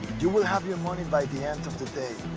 you will have your money by the end of the day,